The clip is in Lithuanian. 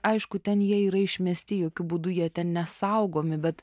aišku ten jie yra išmesti jokiu būdu jie ten nesaugomi bet